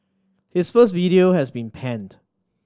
his first video has been panned